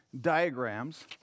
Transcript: diagrams